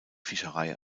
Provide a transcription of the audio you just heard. fischerei